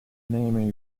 name